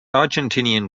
argentinian